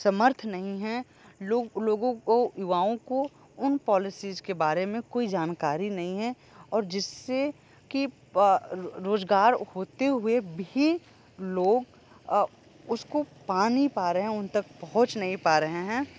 समर्थ नही है लोगों को युवाओं को उन पॉलिसिज के बारे में कोई जानकारी नहीं है और जिससे की रोजगार होते हुए भी लोग उसको पा नहीं पा रहे हैं उन तक पहुँच नहीं पा रहे हैं